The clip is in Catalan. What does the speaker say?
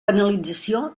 penalització